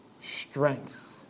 strength